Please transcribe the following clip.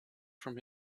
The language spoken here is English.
from